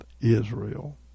Israel